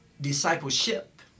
discipleship